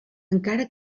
encara